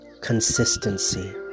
consistency